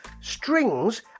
Strings